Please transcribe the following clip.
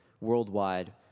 Worldwide